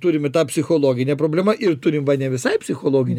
turime tą psichologinę problemą ir turim va ne visai psichologinę